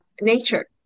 nature